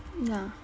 ya